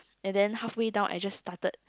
and then halfway down I just started